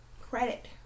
credit